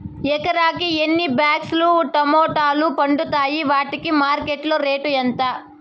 ఎకరాకి ఎన్ని బాక్స్ లు టమోటాలు పండుతాయి వాటికి మార్కెట్లో రేటు ఎంత?